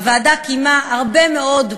הוועדה קיימה הרבה מאוד דיונים,